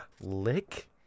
Lick